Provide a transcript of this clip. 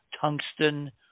tungsten